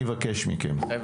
צעדים.